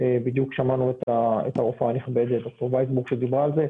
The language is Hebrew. בדיוק שמענו את הרופאה הנכבדת ד"ר וייסבוך שדיברה על זה.